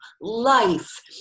Life